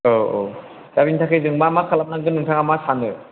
औ औ दा बेनिथाखाय जों मा मा खालामनांगोन नोंथाङा मा सानो